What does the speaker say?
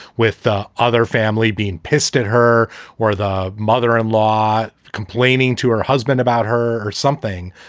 with the other family being pissed at her or the mother in law complaining to her husband about her or something.